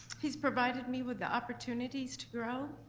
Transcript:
he's provided me with the opportunities to grow,